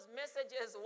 messages